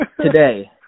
today